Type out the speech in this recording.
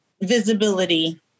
visibility